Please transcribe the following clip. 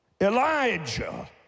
Elijah